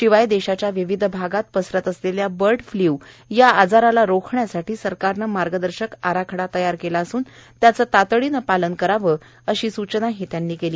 शिवाय देशाच्या विविध भगत पसरत असलेल्या बर्ड फ्लू या आजाराला रोखण्यासाठी सरकारने मार्गदर्शक आराखडा तयार केलं असून त्याचे तातडीने पालन करावे अशी सूचनाही त्यांनी केली